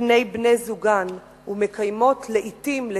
מפני בני-זוגן ומקיימות לעתים,